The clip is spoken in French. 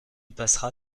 passera